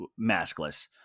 maskless